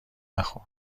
نخور